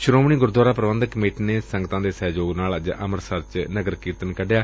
Shiromani Gurdwara Prabandhak committee ਨੇ ਸੰਗਡਾ ਦੇ ਸਹਿਯੋਗ ਨਾਲ ਅੱਜ ਅੰਮੁਤਸਰ ਚ ਨਗਰ ਕੀਰਤਨ ਕੱਢਿਆ